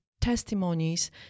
testimonies